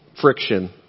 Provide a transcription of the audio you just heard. friction